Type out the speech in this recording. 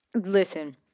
listen